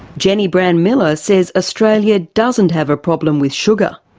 jennie brand-miller says australians doesn't have a problem with sugar.